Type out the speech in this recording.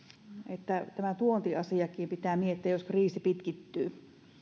että tämä tuontiasiakin pitää miettiä jos kriisi pitkittyy